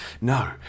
No